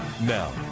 Now